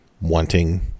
wanting